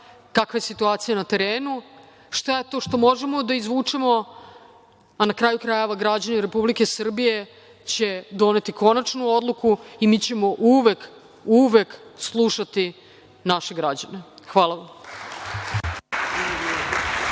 kakva je situacija na terenu, šta je to što možemo da izvučemo, a na kraju krajeva građani Republike Srbije će doneti konačnu odluku i mi ćemo uvek, uvek slušati naše građane. Hvala vam.